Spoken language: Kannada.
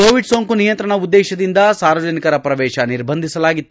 ಕೋವಿಡ್ ಸೋಂಕು ನಿಯಂತ್ರಣ ಉದ್ಲೇಶದಿಂದ ಸಾರ್ವಜನಿಕರ ಪ್ರವೇಶ ನಿರ್ಬಂಧಿಸಲಾಗಿತ್ತು